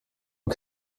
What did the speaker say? und